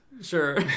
Sure